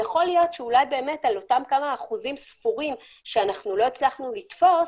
יכול להיות שעל אותם כמה אחוזים ספורים שלא הצלחנו לתפוס,